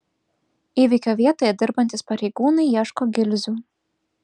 įvykio vietoje dirbantys pareigūnai ieško gilzių